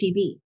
TV